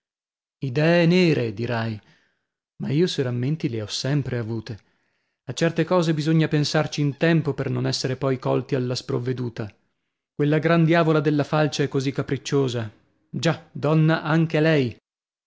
idee nere dirai ma io se rammenti le ho sempre avute a certe cose bisogna pensarci in tempo per non esser poi colti alla sprovveduta quella gran diavola della falce è così capricciosa già donna anche lei